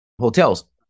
hotels